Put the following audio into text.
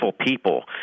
people